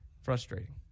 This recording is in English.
Frustrating